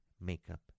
makeup